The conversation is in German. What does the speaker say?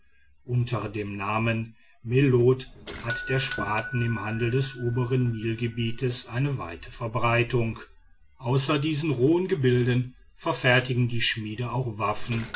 unter dem namen melot hat der spaten im handel des obern nilgebiets eine weite verbreitung außer diesen rohen gebilden verfertigen die schmiede auch waffen